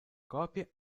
copie